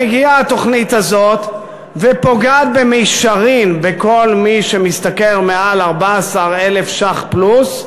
מגיעה התוכנית הזאת ופוגעת במישרין בכל מי שמשתכר מעל 14,000 ש"ח פלוס,